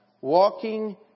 walking